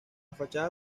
fachada